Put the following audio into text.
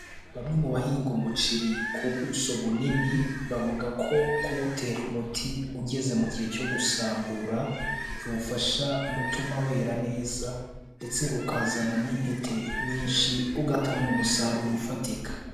Bamwe mu bahinga umuceri ku buso bunini, bavuga ko kuwutera umuti ugeze mu gihe cyo gusambura, biwufasha gutuma wera neza ndetse ukazana n'intite nyinshi ugatanga umusaruro ufatika.